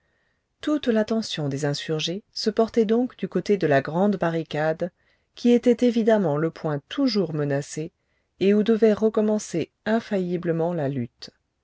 toute l'attention des insurgés se portait donc du côté de la grande barricade qui était évidemment le point toujours menacé et où devait recommencer infailliblement la lutte